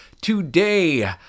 Today